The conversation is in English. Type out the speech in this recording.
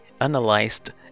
analyzed